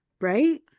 right